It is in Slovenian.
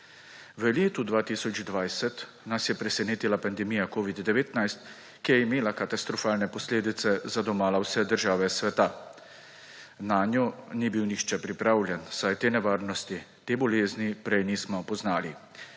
V letu 2020 nas je presenetila pandemija covida-19, ki je imela katastrofalne posledice za domala vse države sveta. Nanjo ni bil nihče pripravljen, saj te nevarnosti, te bolezni prej nismo poznali.